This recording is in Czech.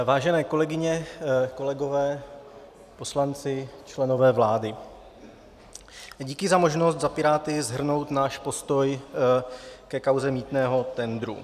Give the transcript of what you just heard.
Vážené kolegyně, kolegové, poslanci, členové vlády, díky za možnost za Piráty shrnout náš postoj ke kauze mýtného tendru.